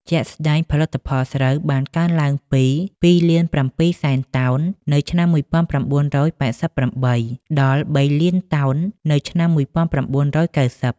ជាក់ស្តែង ផលិតផលស្រូវបានកើនឡើងពី ២,៧០០,០០០ តោននៅឆ្នាំ១៩៨៨ ដល់ ៣,០០០,០០០ តោននៅឆ្នាំ១៩៩០។